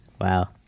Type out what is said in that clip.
Wow